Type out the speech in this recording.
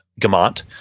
Gamont